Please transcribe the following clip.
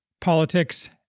politics